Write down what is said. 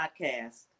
podcast